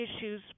issues